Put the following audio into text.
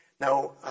now